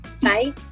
Bye